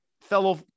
fellow